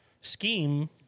scheme